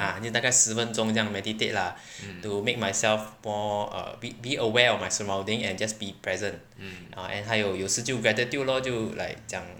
ah 嗯大概十分钟这样 meditate lah to make myself for a be be aware of my surroundings and just be present ah and 还有有时就 gratitude lor like 讲